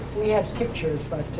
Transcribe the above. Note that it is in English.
we had pictures. but